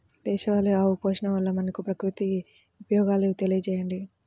దేశవాళీ ఆవు పోషణ వల్ల మనకు, ప్రకృతికి ఉపయోగాలు తెలియచేయండి?